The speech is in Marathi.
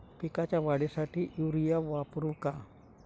पिकाच्या वाढीसाठी युरिया वापरू का?